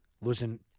Losing